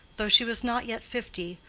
though she was not yet fifty,